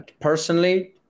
personally